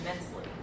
immensely